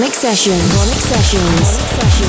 Sessions